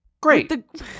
Great